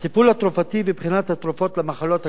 מבחינת התרופות למחלות הקשות האלה,